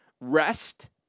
rest